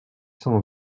cent